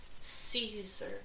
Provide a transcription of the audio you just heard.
Caesar